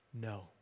No